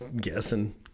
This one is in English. guessing